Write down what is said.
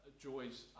joys